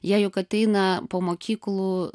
jie juk ateina po mokyklų